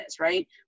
right